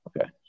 okay